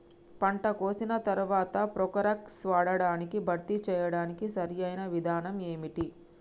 పంట కోసిన తర్వాత ప్రోక్లోరాక్స్ వాడకాన్ని భర్తీ చేయడానికి సరియైన విధానం ఏమిటి?